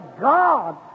God